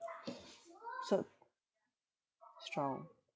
so strong